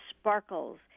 sparkles